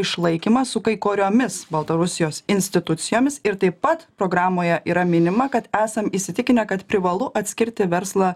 išlaikymą su kai koriomis baltarusijos institucijomis ir taip pat programoje yra minima kad esam įsitikinę kad privalu atskirti verslą